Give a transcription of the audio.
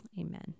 Amen